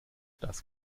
das